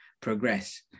progress